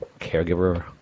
caregiver